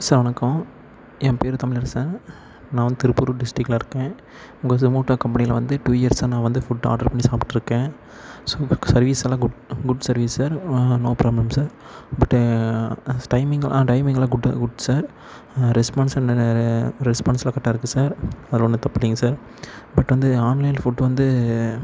sir வணக்கம் என் பேர் தமிழரசன் நான் வந்து திருப்பூர் டிஸ்ட்டிக்ல இருக்கேன் உங்கள் சொமேட்டோ கம்பெனியில் வந்து டூ இயர்ஸாக நான் வந்து ஃபுட் ஆர்டர் பண்ணி சாப்பிட்ருக்கேன் ஸோ உங்க சர்வீஸெல்லாம் good good service sir no problem sir but timing ah டைமிங்லாம் குட் குட் சார் ரெஸ்பான்ஸ் ரெஸ்பான்ஸுலாம் கரெட்டாக இருக்குது சார் வேற ஒன்றும் தப்பு இல்லைங்க சார் பட் வந்து ஆன்லைன் ஃபுட் வந்து